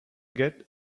get